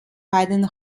weiteren